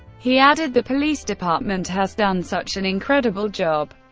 he added, the police department has done such an incredible job,